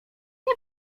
nie